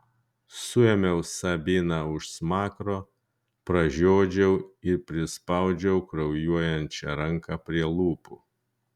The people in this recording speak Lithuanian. suėmiau sabiną už smakro pražiodžiau ir prispaudžiau kraujuojančią ranką prie lūpų